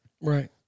Right